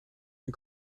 den